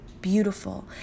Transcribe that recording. beautiful